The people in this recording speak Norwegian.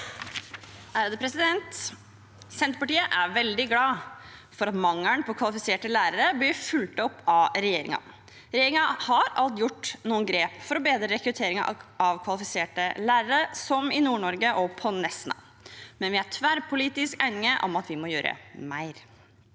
(Sp) Senter- partiet er veldig glad for at mangelen på kvalifiserte lærere blir fulgt opp av regjeringen. Regjeringen har alt tatt noen grep for å bedre rekrutteringen av kvalifiserte lærere, som i Nord-Norge, bl.a. på Nesna, men vi er tverrpolitisk enige om at vi må gjøre mer.